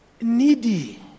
needy